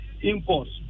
imports